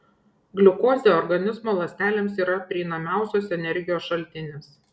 gliukozė organizmo ląstelėms yra prieinamiausias energijos šaltinis